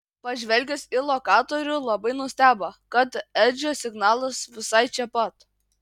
pažvelgęs į lokatorių labai nustebo kad edžio signalas visai čia pat